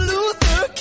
Luther